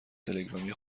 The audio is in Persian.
تلگرامی